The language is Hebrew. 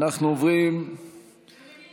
יש לי